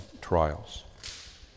trials